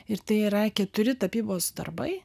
ir tai yra keturi tapybos darbai